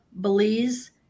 Belize